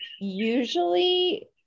Usually